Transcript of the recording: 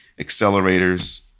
accelerators